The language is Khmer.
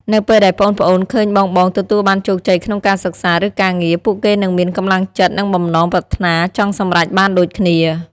នៅពេលដែលប្អូនៗឃើញបងៗទទួលបានជោគជ័យក្នុងការសិក្សា ឬការងារ ពួកគេនឹងមាន កម្លាំងចិត្ត និងបំណងប្រាថ្នាចង់សម្រេចបានដូចគ្នា ។